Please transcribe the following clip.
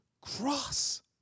cross